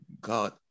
God